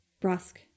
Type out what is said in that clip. brusque